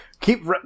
Keep